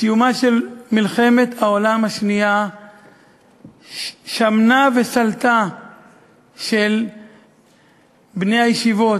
בסיומה של מלחמת העולם השנייה שמנה וסולתה של בני הישיבות,